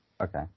Okay